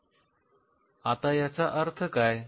आता याचा अर्थ काय